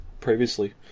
previously